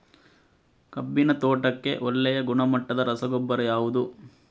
ಕಬ್ಬಿನ ತೋಟಕ್ಕೆ ಒಳ್ಳೆಯ ಗುಣಮಟ್ಟದ ರಸಗೊಬ್ಬರ ಯಾವುದು?